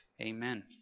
Amen